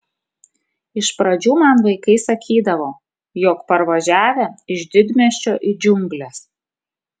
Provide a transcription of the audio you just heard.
iš pradžių man vaikai sakydavo jog parvažiavę iš didmiesčio į džiungles